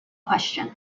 question